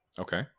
Okay